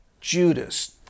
Judas